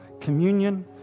communion